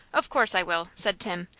of course, i will, said tim,